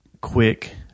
quick